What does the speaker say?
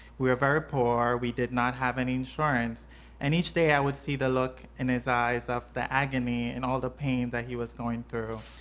we were very poor, we did not have any insurance and each day i would see the look in his eyes of the agony and all the pain that he was going through.